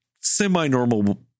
semi-normal